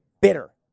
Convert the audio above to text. Bitter